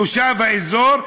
תושב האזור,